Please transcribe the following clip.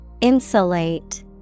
Insulate